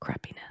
crappiness